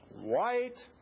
White